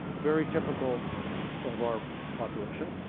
very typical of our population.